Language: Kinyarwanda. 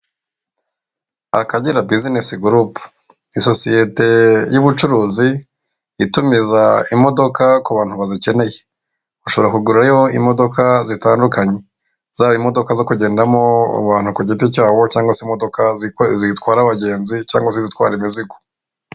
Akagera bizinesi gurupe isosiyete y'ubucuruzi itumiza imodoka ku bantu bazikeneye, ushobora kugurayo imodoka zitandukanye zaba imodoka zo kugendamo abantu ku giti cyabo, cyangwa se imodoka zitwara abagenzi cyangwa se izitwara imizigo.